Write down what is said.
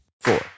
four